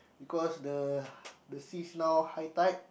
because the seas now high tide